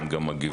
הם גם מגיבים.